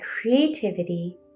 creativity